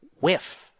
whiff